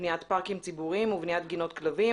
בניית פארקים ציבוריים ובניית גינות כלבים.